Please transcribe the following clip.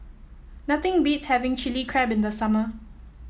nothing beats having Chilli Crab in the summer